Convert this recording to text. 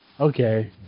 Okay